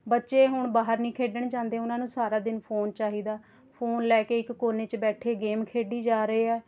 ਬੱਚੇ ਹੁਣ ਬਾਹਰ ਨਹੀਂ ਖੇਡਣ ਜਾਂਦੇ ਉਹਨਾਂ ਨੂੰ ਸਾਰਾ ਦਿਨ ਫੋਨ ਚਾਹੀਦਾ ਫੋਨ ਲੈ ਕੇ ਇੱਕ ਕੋਨੇ 'ਚ ਬੈਠੇ ਗੇਮ ਖੇਡੀ ਜਾ ਰਹੇ ਆ